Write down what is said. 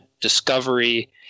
Discovery